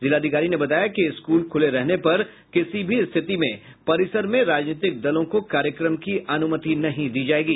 जिलाधिकारी ने बताया कि स्कूल खुले रहने पर किसी भी स्थिति में परिसर में राजनीतिक दलों को कार्यक्रम की अनुमति नहीं दी जायेगी